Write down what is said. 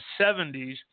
70s